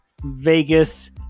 vegas